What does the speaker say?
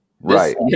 right